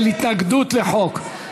של התנגדות לחוק.